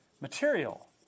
material